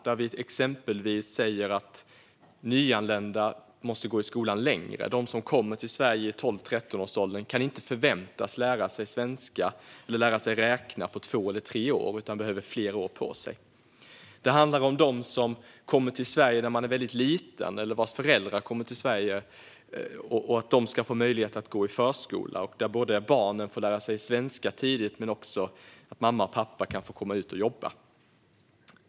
Vi säger exempelvis att nyanlända måste gå i skolan längre. De som kommer till Sverige i 12-13-årsåldern kan inte förväntas lära sig svenska eller lära sig räkna på två eller tre år, utan de behöver fler år på sig. Det handlar om dem som kommer till Sverige när de är väldigt små och om föräldrar som kommer till Sverige. Barnen ska få möjlighet att gå i förskola, där barnen tidigt får lära sig svenska. Och mamma och pappa kan få komma ut och jobba.